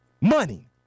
Money